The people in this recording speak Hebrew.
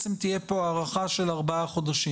תהיה כאן הארכה של א 4 חודשים.